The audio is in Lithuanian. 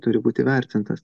turi būt įvertintas